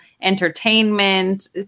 entertainment